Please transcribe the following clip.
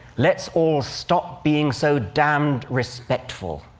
let's all stop being so damned respectful.